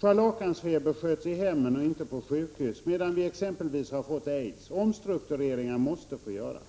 Scharlakansfeber sköts i hemmen och inte på sjukhus. I stället har vi fått exempelvis sjukdomen aids. Omstruktureringar måste få göras.